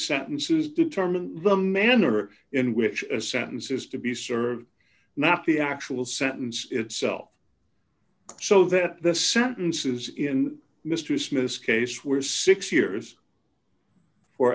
sentences determine the manner in which a sentence is to be served not the actual sentence itself so that the sentences in mr smith's case were six years for